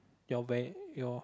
your where your